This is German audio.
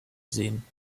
sehen